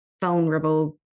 vulnerable